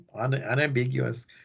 unambiguous